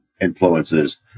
influences